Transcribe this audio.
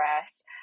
rest